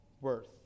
worth